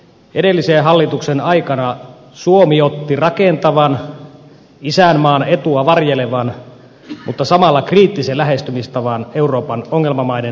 edellisen hallituksen aikana suomi otti rakentavan isänmaan etua varjelevan mutta samalla kriittisen lähestymistavan euroopan ongelmamaiden tukemiseen